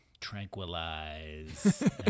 tranquilize